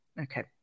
Okay